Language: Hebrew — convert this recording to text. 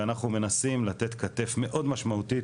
ואנחנו מנסים לתת כתף מאוד משמעותית